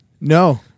No